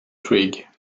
twig